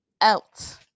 out